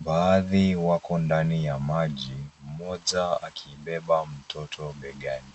Baadhi wako ndani ya maji mmoja akibeba mtoto begani.